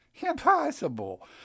Impossible